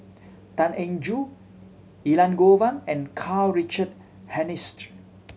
Tan Eng Joo Elangovan and Karl Richard Hanitsch